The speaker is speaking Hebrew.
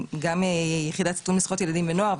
שגם היחידה לתיאום לזכויות ילדים ונוער,